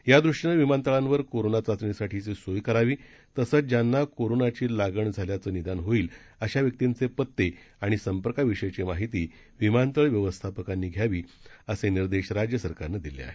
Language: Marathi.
यादृष्टीनं विमानतळांवर कोरोना चाचणीसाठीची सोय करावी तसंच ज्यांना कोरोनाची लागण झाल्याचं निदान होईल अशा व्यक्तींचे पत्ते आणि संपर्काविषयीची माहिती विमानतळ व्यवस्थापकांनी घ्यावी असे निर्देश राज्य सरकारनं दिले आहेत